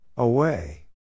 Away